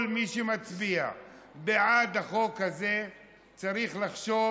אני חושב שכל מי שמצביע בעד החוק הזה צריך לחשוב